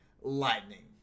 Lightning